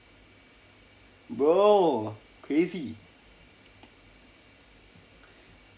bro crazy